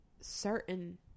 certain